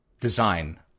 design